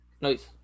Nice